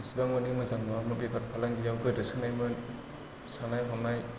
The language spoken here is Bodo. इसिबां मानि मोजां नङामोन बेफार फालांगियाव गोदोसोनायमोन साननाय हनाय